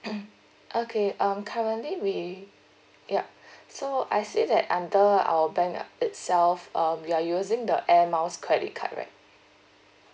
okay um currently we yup so I see that under our bank uh itself um you're using the Air Miles credit card right